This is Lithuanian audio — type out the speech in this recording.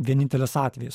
vienintelis atvejis